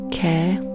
care